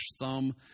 thumb